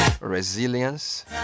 resilience